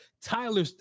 Tyler